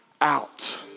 out